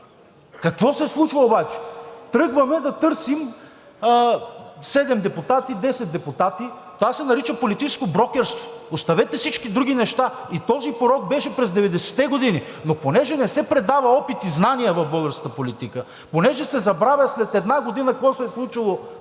Какво се случва обаче? Тръгваме да търсим седем депутати, десет депутати. Това се нарича политическо брокерство. Оставете всички други неща. Този порок беше през 90-те години, но понеже не се предават опит и знания в българската политика, понеже се забравя след една година какво се е случило